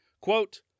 Quote